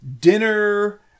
Dinner